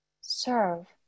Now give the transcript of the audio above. serve